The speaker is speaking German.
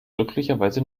glücklicherweise